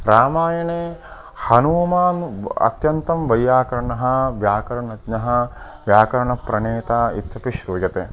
रामायणे हनुमान् अत्यन्तं वैयाकरणः व्याकरणज्ञः व्याकरणप्रणेता इत्यपि श्रूयते